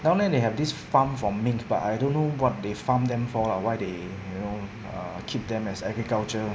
down there they have this farm for mink but I don't know what they farm them for lah why they you know uh keep them as agriculture